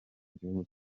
gihugu